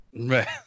Right